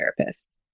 therapists